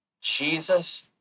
Jesus